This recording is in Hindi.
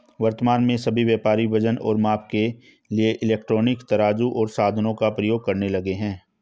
वर्तमान में सभी व्यापारी वजन और माप के लिए इलेक्ट्रॉनिक तराजू ओर साधनों का प्रयोग करने लगे हैं